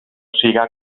siga